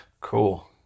Cool